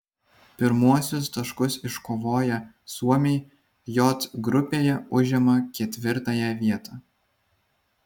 pirmuosius taškus iškovoję suomiai j grupėje užima ketvirtąją vietą